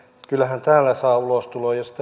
kyllähän täällä saa ulostulon